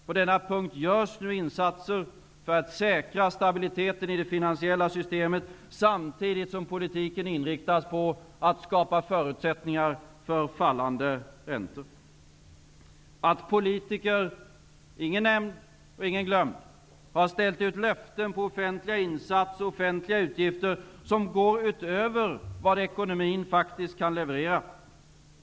På denna punkt görs nu insatser för att säkra stabiliteten i det finansiella systemet samtidigt som politiken inriktas på att skapa förutsättningar för fallande räntor. Att politiker -- ingen nämnd, ingen glömd -- har ställt ut löften på offentliga insatser och offentliga utgifter som går utöver vad ekonomin faktiskt kan leverera.